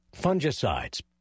fungicides